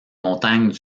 montagnes